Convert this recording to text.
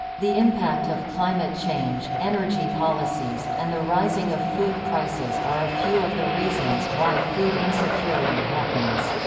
the impact of climate change, energy policies, and the rising of food prices are a few of the reasons why food insecurity happens.